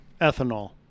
ethanol